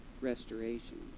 restoration